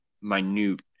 minute